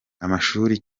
amashuri